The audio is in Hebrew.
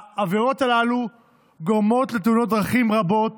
העבירות הללו גורמות לתאונת דרכים רבות